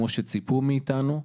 כמו שציפו מאתנו.